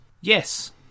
yes